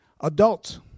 adults